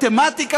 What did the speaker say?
מתמטיקה